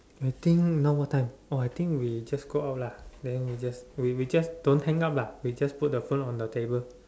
I think now what time oh I think we just go out lah then we just we we just don't hang up lah we just put the phone on the table